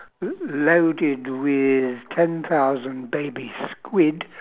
l~ loaded with ten thousand baby squid